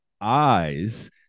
eyes